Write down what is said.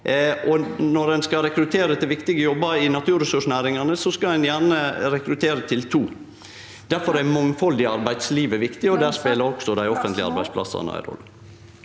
når ein skal rekruttere til viktige jobbar i naturressursnæringane, skal ein gjerne rekruttere til to. Difor er mangfald i arbeidslivet viktig, og der speler også dei offentlege arbeidsplassane ei rolle.